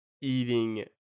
eating